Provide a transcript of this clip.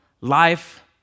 life